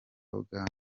uganda